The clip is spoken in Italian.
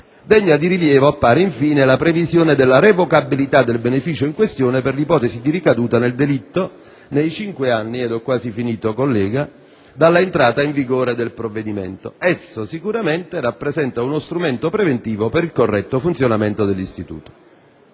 Degna di rilievo appare, infine, la previsione della revocabilità del beneficio in questione nell'ipotesi di ricaduta nel delitto nei cinque anni dall'entrata in vigore del provvedimento: essa sicuramente rappresenta uno strumento preventivo per il corretto funzionamento dell'istituto.